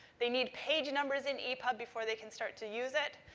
they need page numbers in epub before they can start to use it.